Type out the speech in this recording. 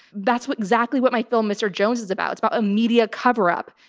that's what exactly what my film mr. jones is about. it's about a media cover up.